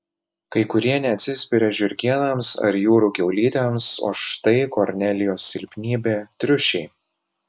kai kurie neatsispiria žiurkėnams ar jūrų kiaulytėms o štai kornelijos silpnybė triušiai